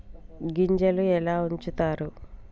గింజలు ఎలా ఉంచుతారు?